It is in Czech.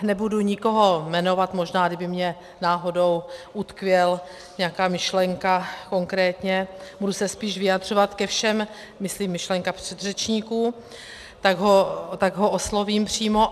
Nebudu nikoho jmenovat, možná, kdyby mně náhodou utkvěl, nějaká myšlenka konkrétně, budu se spíš vyjadřovat ke všem, myslím myšlenka předřečníků, tak ho oslovím přímo.